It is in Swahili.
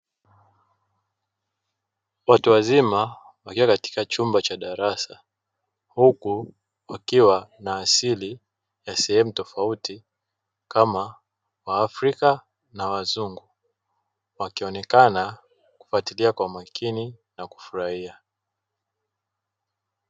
Watu wazima wakiwa katika chumba cha darasa huku wakiwa na asili ya sehemu tofauti kama waafrika na wazungu, wakionekana kufatilia kwa makini na kufurahia.